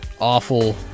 awful